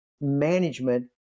management